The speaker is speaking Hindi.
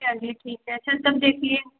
चलिए ठीक है चलकर देखिए